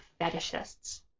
fetishists